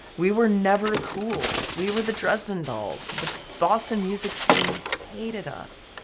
we were never ah cool. we were the dresden dolls. the boston music scene hated us.